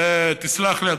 תסלח לי,